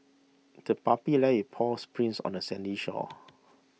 the puppy left its paw prints on the sandy shore